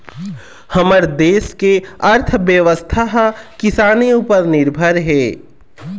हमर देस के अर्थबेवस्था ह किसानी उपर निरभर हे